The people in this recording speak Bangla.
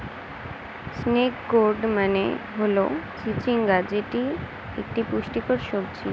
স্নেক গোর্ড মানে হল চিচিঙ্গা যেটি একটি পুষ্টিকর সবজি